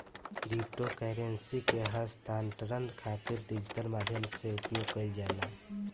crypto currency के हस्तांतरण खातिर डिजिटल माध्यम से उपयोग कईल जाला